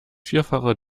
vierfache